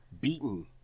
beaten